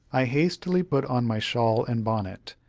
i hastily put on my shawl and bonnet,